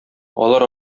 алар